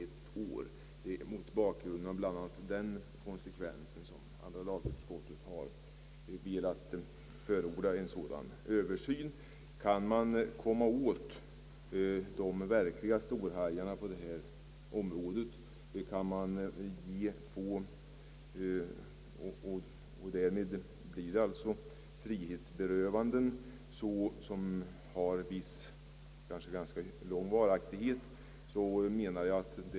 Det är mot bakgrund av bl.a. den konsekvensen som andra lagutskottet har velat förorda en sådan översyn. Kunde man komma åt de verkliga storhajarna på det här området, skulle det kunna bli fråga om frihetsberövanden av ganska lång varaktighet.